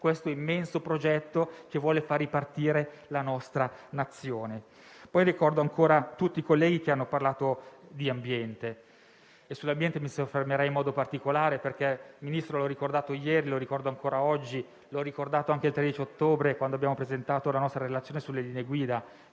questo immenso progetto che mira a far ripartire la nostra nazione. Ricordo ancora tutti i colleghi che hanno parlato di ambiente. Sull'ambiente mi soffermerei in modo particolare, Ministro. Come ho ricordato ieri - lo ricordo ancora oggi e l'ho ricordato anche il 13 ottobre quando abbiamo presentato la nostra relazione sulle linee guida